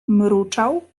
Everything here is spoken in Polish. mruczał